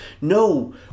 No